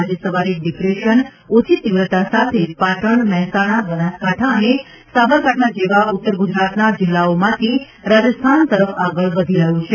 આજે સવારે ડિપ્રેશન ઓછી તીવ્રતા સાથે પાટણ મહેસાણા બનાસકાંઠા અને સાબરકાંઠા જેવા ઉત્તર ગુજરાતના જિલ્લાઓમાંથી રાજસ્થાન તરફ આગળ વધી રહ્યું છે